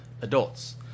adults